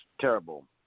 terrible